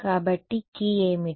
కాబట్టి కీ ఏమిటి